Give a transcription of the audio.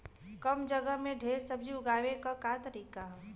कम जगह में ढेर सब्जी उगावे क का तरीका ह?